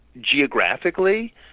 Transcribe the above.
geographically